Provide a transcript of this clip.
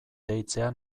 deitzea